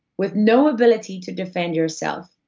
with no ability to defend yourself,